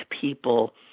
people